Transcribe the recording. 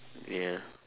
yeah